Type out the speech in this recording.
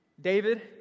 David